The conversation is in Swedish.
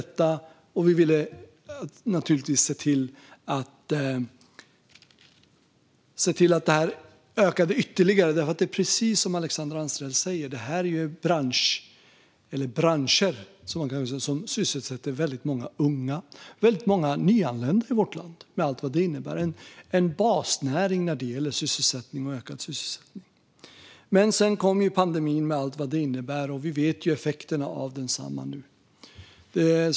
Vi ville naturligtvis se till att det kunde öka ytterligare. Det handlar, precis som Alexandra Anstrell säger, om branscher som sysselsätter många unga och många nyanlända i vårt land. Det är en basnäring när det gäller sysselsättning och ökad sysselsättning. Sedan kom pandemin, och vi vet nu effekterna av densamma.